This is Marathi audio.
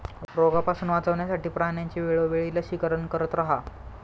रोगापासून वाचवण्यासाठी प्राण्यांचे वेळोवेळी लसीकरण करत रहा